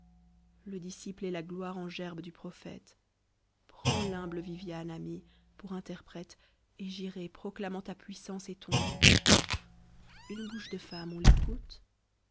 le disciple est la gloire en gerbe du prophète prends l'humble viviane ami pour interprète e j'irai proclamant ta puissance et ton nom une bouche de femme on l'écoute